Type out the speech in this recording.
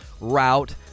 route